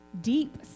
deep